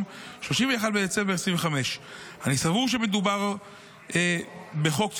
31 בדצמבר 2025. אני סבור שמדובר בחוק צודק.